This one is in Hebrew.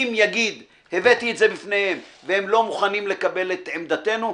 אם יגיד: הבאתי את זה בפניהם והם לא מוכנים לקבל את עמדתנו,